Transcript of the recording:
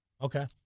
Okay